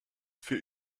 für